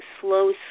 slow